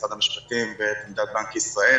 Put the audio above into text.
משרד המשפטים ואת עמדת בנק ישראל.